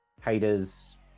Haters